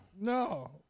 No